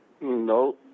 No